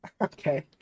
Okay